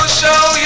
show